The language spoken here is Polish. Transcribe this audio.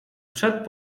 przed